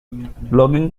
logging